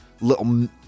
little